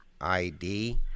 ID